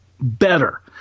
better